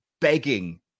begging